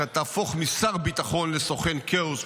אתה תהפוך משר ביטחון לסוכן כאוס,